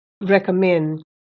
recommend